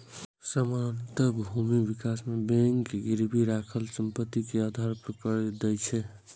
सामान्यतः भूमि विकास बैंक गिरवी राखल संपत्ति के आधार पर कर्ज दै छै